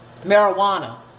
marijuana